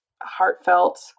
heartfelt